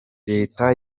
leta